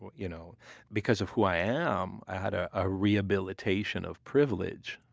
but you know because of who i am i had a ah rehabilitation of privilege.